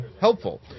helpful